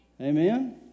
Amen